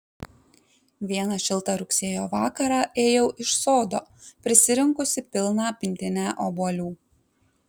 vieną šiltą rugsėjo vakarą ėjau iš sodo prisirinkusi pilną pintinę obuolių